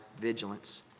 vigilance